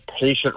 patient